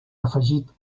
afegit